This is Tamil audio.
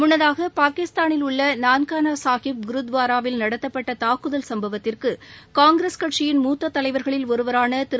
முள்ளதாக பாகிஸ்தானில் உள்ள நன்கானா சாகிப் குருத்வாராவில் நடத்தப்பட்ட தாக்குதல் சும்பவத்திற்கு காங்கிரஸ் கட்சியின் மூத்த தலைவர்களில் ஒருவரான திரு